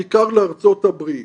בעיקר לארצות הברית'.